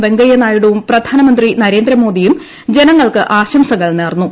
വെങ്കയ്യ നായിഡുവും പ്രധാനമന്ത്രി നരേന്ദ്രമോദിയും ജനങ്ങൾക്ക് ആശംസകൾ നേർന്നു